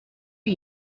are